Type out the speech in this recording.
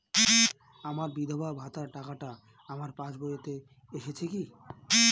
আমার বিধবা ভাতার টাকাটা আমার পাসবইতে এসেছে কি?